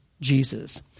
Jesus